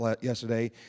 yesterday